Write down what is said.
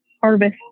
harvest